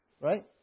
Right